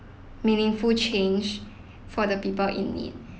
meaningful change for the people in need